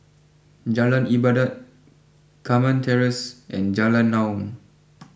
Jalan Ibadat Carmen Terrace and Jalan Naung